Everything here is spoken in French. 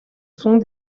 sont